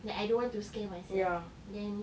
like I don't want to scare myself then